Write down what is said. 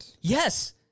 yes